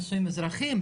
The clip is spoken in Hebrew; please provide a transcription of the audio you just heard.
נישואים אזרחים,